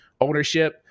ownership